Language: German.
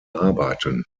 arbeiten